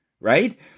right